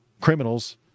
criminals